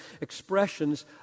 expressions